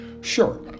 Sure